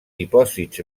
dipòsits